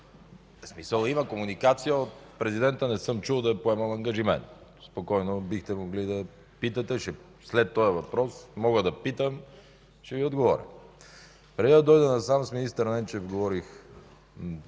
БОРИСОВ: Има комуникация. От президента не съм чул да е поемал ангажимент. Спокойно бихте могли да питате. След този въпрос мога да питам, ще Ви отговоря. Преди да дойда насам с министър Ненчев говорих